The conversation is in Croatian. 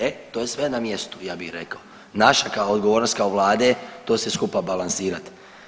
E,to je sve na mjestu, ja bih rekao a naša je odgovornost kao Vlade to sve skupa balansirat.